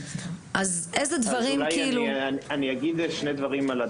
על הדבר הזה אני אומר שני דברים.